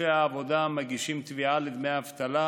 דורשי העבודה המגישים תביעה לדמי אבטלה,